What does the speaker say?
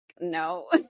no